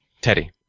Teddy